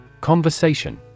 Conversation